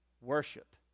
worship